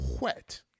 wet